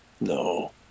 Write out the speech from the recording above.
no